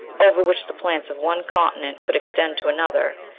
over which the plants of one continent could extend to another,